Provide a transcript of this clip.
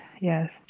yes